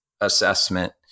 assessment